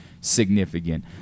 significant